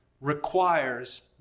requires